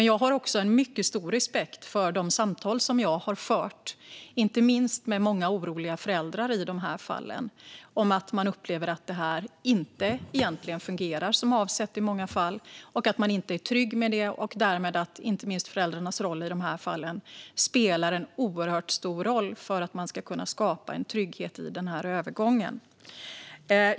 Jag har också en mycket stor respekt för de samtal jag har fört inte minst med många oroliga föräldrar i de här fallen. Man upplever att det egentligen inte fungerar som avsett i många fall och att man inte är trygg med det. Därmed spelar föräldrarna i de här fallen en oerhört stor roll för att man ska kunna skapa en trygghet i övergången.